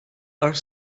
are